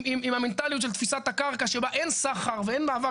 עם המנטליות של תפיסת הקרקע שבה אין סחר ואין מעבר,